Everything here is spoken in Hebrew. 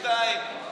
שניים.